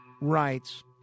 writes